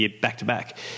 back-to-back